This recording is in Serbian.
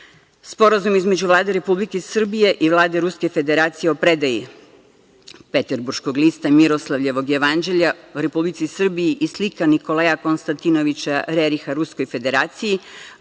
Sporazum između Vlade Republike Srbije i Vlade Ruske Federacije o predaji Petarburškog lista Miroslavljevog jevanđelja Republici Srbiji i slika Nikolaja Konstantinoviča Reriha Ruskoj Federaciji